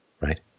Right